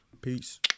peace